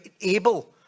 able